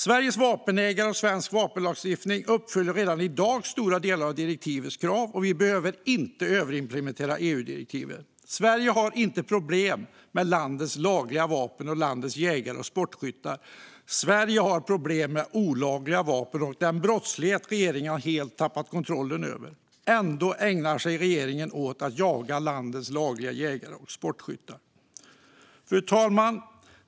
Sveriges vapenägare och svensk vapenlagstiftning uppfyller redan i dag stora delar av direktivets krav, och vi behöver inte överimplementera EU-direktivet. Sverige har inte problem med landets lagliga vapen eller med landets jägare och sportskyttar, utan Sverige har problem med olagliga vapen och med den brottslighet som regeringen helt tappat kontrollen över. Ändå ägnar sig regeringen åt att jaga landets lagliga jägare och sportskyttar. Fru talman!